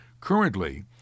Currently